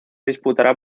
disputará